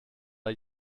bei